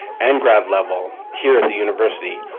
and grad, level, here at the university,